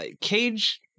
Cage